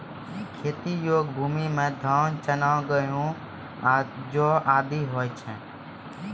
खेती योग्य भूमि म धान, चना, गेंहू, जौ आदि होय छै